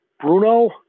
Bruno